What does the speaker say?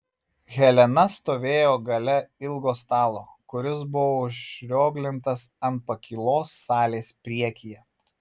helena stovėjo gale ilgo stalo kuris buvo užrioglintas ant pakylos salės priekyje